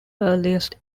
earliest